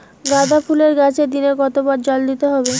গাদা ফুলের গাছে দিনে কতবার জল দিতে হবে?